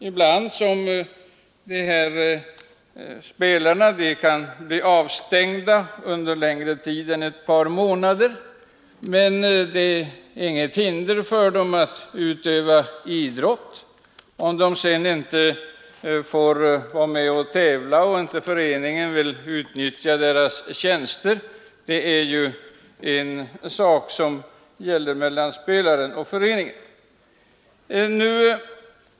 Ibland kan en spelare bli avstängd under längre tid än ett par månader, men det utgör inget hinder för honom att utöva idrott. Om han inte får vara med och tävla och föreningen inte vill utnyttja hans tjänster, är det en sak mellan spelaren och föreningen.